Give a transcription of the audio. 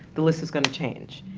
the list is gonna change.